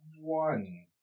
one